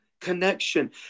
connection